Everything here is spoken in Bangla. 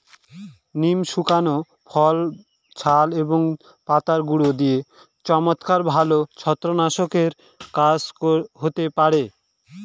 নিমের শুকনো ফল, ছাল এবং পাতার গুঁড়ো দিয়ে চমৎকার ভালো ছত্রাকনাশকের কাজ হতে পারে